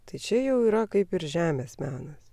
tai čia jau yra kaip ir žemės menas